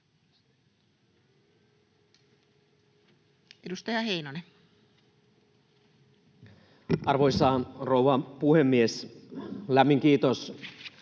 Edustaja Heinonen. Arvoisa rouva puhemies! Lämmin kiitos